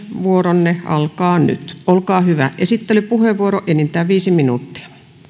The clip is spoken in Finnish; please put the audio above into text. vuoronne alkaa nyt olkaa hyvä esittelypuheenvuoro enintään viisi minuuttia